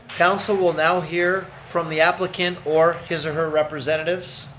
council will now hear from the applicant or his or her representatives.